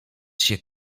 się